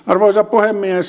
arvoisa puhemies